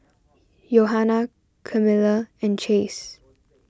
Johana Kamila and Chase